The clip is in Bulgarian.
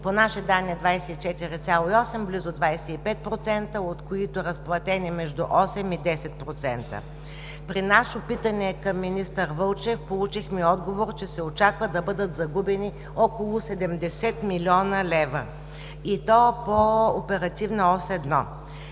по наши данни 24,8, близо 25%, от които са разплатени между 8 и 10%. При наше питане към министър Вълчев получихме отговор, че се очаква да бъдат загубени около 70 млн. лв., и то по оперативна ос 1.